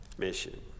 mission